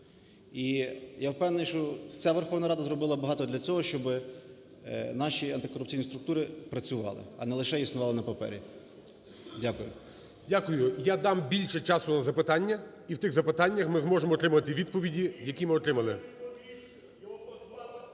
І я впевнений, що ця Верховна Рада зробила багато для того, щоб наші антикорупційні структури працювали, а не лише існували на папері. Дякую. ГОЛОВУЮЧИЙ. Дякую. Я дам більше часу на запитання, і в тих запитаннях ми зможемо отримати відповіді, які ми отримали.